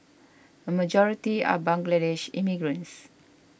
a majority are Bangladeshi immigrants